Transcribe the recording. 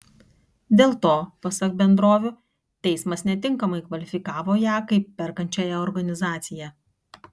dėl to pasak bendrovių teismas netinkamai kvalifikavo ją kaip perkančiąją organizaciją